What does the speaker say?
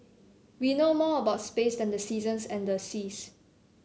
we know more about space than the seasons and the seas